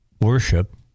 worship